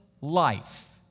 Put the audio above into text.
life